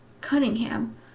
Cunningham